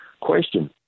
question